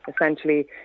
essentially